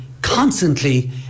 constantly